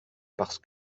parce